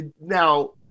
Now